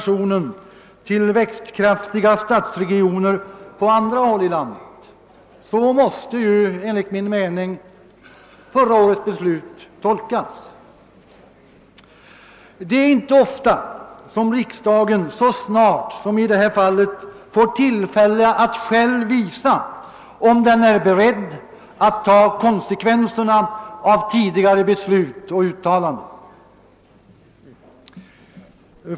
Så måste enligt min mening förra årets beslut tolkas. Det är inte ofta som riksdagen så snart som i det här fallet får tillfälle att själv visa om den är beredd att ta konsekvenserna av tidigare beslut och uttalanden.